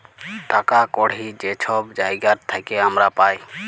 টাকা কড়হি যে ছব জায়গার থ্যাইকে আমরা পাই